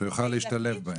שיוכל להשתלב בהם.